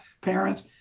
parents